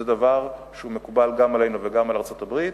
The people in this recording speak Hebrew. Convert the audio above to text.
זה דבר שמקובל גם עלינו וגם על ארצות-הברית.